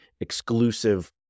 exclusive